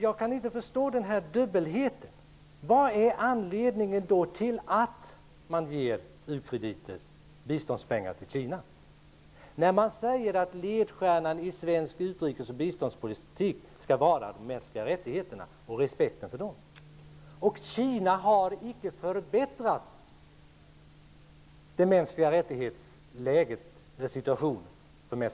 Jag kan inte förstå denna dubbelhet. Vad är anledningen till att man ger biståndspengar i form av u-krediter till Kina, samtidigt som man säger att ledstjärnan i svensk utrikes och biståndspolitik skall vara respekten för de mänskliga rättigheterna? Kina har inte förbättrat situationen när det gäller mänskliga rättigheter utan ökar i stället förtrycket.